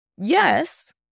yes